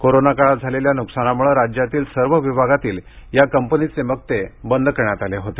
corona काळात झालेल्या नुकसानामुळे राज्यातील सर्व विभागांतील या कंपनीचे मक्ते बंदकरण्यात आले आहेत